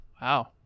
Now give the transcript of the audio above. Wow